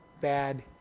bad